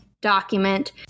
document